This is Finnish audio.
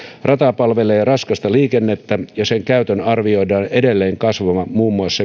rata palvelee raskasta liikennettä ja sen käytön arvioidaan edelleen kasvavan muun muassa